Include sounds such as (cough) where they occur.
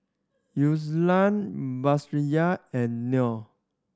(unintelligible) Batrisya and Noh